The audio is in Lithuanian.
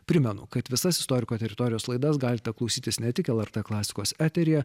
primenu kad visas istoriko teritorijos laidas galite klausytis ne tik lrt klasikos eteryje